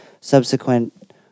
subsequent